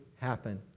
happen